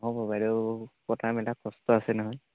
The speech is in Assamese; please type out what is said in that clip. নহ'ব বাইদেউ কটা মেলাত কষ্ট আছে নহয়